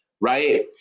right